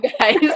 guys